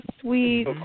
sweet